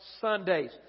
Sundays